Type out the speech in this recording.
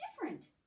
different